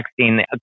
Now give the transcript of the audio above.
texting